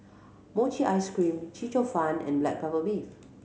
mochi ice cream Chee Cheong Fun and black pepper beef